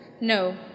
No